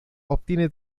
obtiene